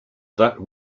that